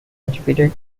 educated